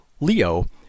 LEO